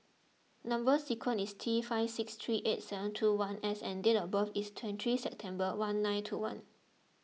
Number Sequence is T five six three eight seven two one S and date of birth is twenty three September one nine two one